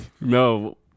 No